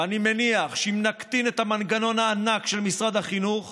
ואני מניח שאם נקטין את המנגנון הענק של משרד החינוך